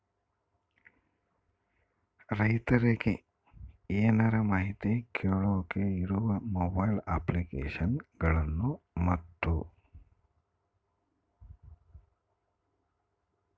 ರೈತರಿಗೆ ಏನರ ಮಾಹಿತಿ ಕೇಳೋಕೆ ಇರೋ ಮೊಬೈಲ್ ಅಪ್ಲಿಕೇಶನ್ ಗಳನ್ನು ಮತ್ತು?